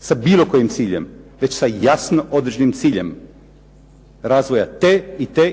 sa bilo kojim ciljem već sa jasno određenim ciljem razvoja te